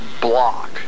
Block